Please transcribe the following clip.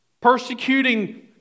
Persecuting